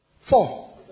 Four